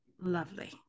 lovely